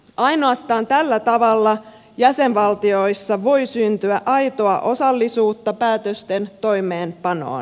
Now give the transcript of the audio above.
ainoastaan tällä tavalla jäsenvaltioissa voi syntyä aitoa osallisuutta päätösten toimeenpanoon